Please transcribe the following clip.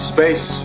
Space